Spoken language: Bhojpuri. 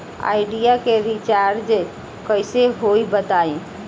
आइडिया के रीचारज कइसे होई बताईं?